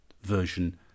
version